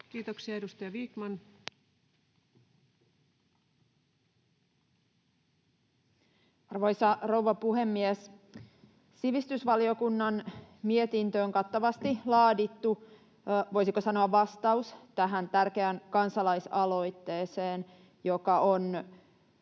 Time: 19:28 Content: Arvoisa rouva puhemies! Sivistysvaliokunnan mietintö on kattavasti laadittu, voisiko sanoa, vastaus tähän tärkeään kansalaisaloitteeseen, joka on,